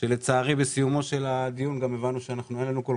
ולצערי בסיומו של הדיון הבנו שאין לנו כל